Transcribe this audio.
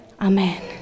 Amen